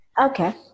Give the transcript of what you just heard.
Okay